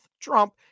Trump